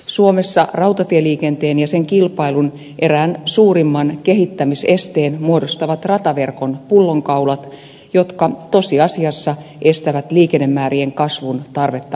suomessa rautatieliikenteen ja sen kilpailun erään suurimman kehittämisesteen muodostavat rataverkon pullonkaulat jotka tosiasiassa estävät liikennemäärien kasvun tarvetta vastaavasti